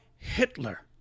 Hitler